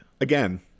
again